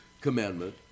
commandment